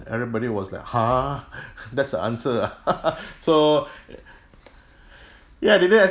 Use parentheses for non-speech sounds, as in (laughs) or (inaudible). everybody was like !huh! (laughs) that's the answer ah (laughs) so ya they didn't